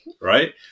right